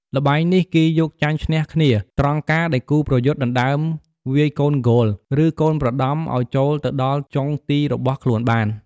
ល្បែងនេះ គេយកចាញ់ឈ្នះគ្នា ត្រង់ការដែលគូប្រយុទ្ធដណ្តើមវាយកូនគោល ឬកូនប្រដំឲ្យចូលទៅដល់់ចុងទីរបស់ខ្លួនបាន។